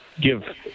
give